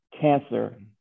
cancer